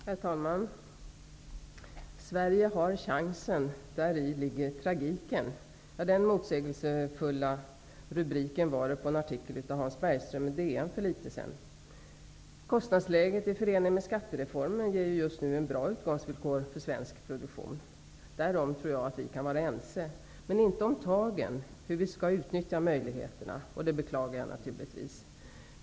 Herr talman! Sverige har chansen. Däri ligger tragiken. Den motsägelsefulla rubriken var det på en artikel av Hans Bergström i Dagens Nyheter för en tid sedan. Kostnadsläget i förening med skattereformen ger just nu bra utgångsvillkor för svensk produktion. Därom tror jag att vi kan vara ense, men inte om tagen -- hur vi skall utnyttja möjligheterna -- vilket jag naturligtvis beklagar.